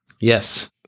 Yes